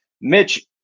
Mitch